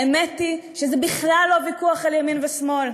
האמת היא שזה בכלל לא ויכוח על ימין ושמאל.